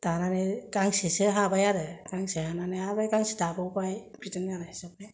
दानानै गांसेसो हाबाय गांसे हानानै आरो गांसे दाबावबाय बिदिनो आरो जोबबाय